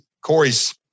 Corey's